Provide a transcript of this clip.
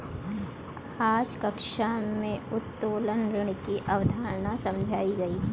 आज कक्षा में उत्तोलन ऋण की अवधारणा समझाई गई